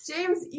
James